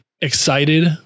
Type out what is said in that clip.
excited